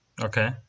Okay